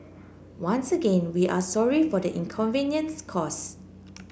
once again we are sorry for the inconvenience caused